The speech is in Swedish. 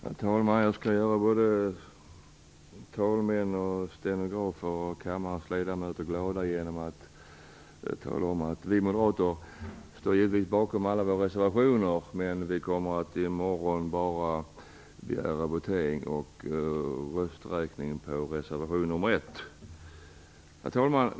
Herr talman! Jag skall göra talmän, stenografer och kammarens ledamöter glada genom att tala om att vi moderater givetvis står bakom alla våra reservationer, men vi kommer i morgon enbart att begära votering och rösträkning på reservation nr 1. Herr talman!